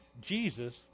Jesus